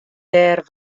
dêr